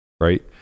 right